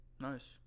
nice